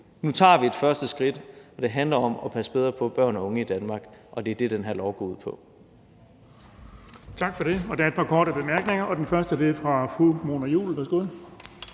Nu tager vi et første skridt, og det handler om at passe bedre på børn og unge i Danmark, og det er det, den her lov går ud på.